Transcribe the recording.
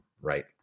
Right